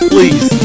Please